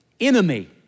enemy